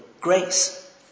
grace